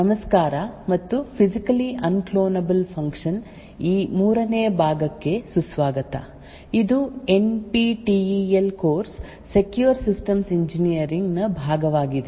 ನಮಸ್ಕಾರ ಮತ್ತು physically unclonable function ಈ 3 ನೇ ಭಾಗಕ್ಕೆ ಸುಸ್ವಾಗತ ಇದು N P T E L course secure systems engineering ನ ಭಾಗವಾಗಿದೆ